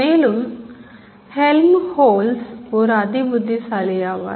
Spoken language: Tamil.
மேலும் Helmholtz ஒரு அதிபுத்திசாலி ஆவார்